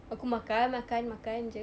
aku makan makan makan jer